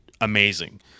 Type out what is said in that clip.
amazing